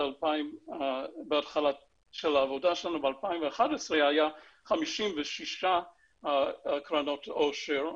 בהתחלה של העבודה שלנו ב-2011 היה 56 קרנות עושר,